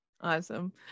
Awesome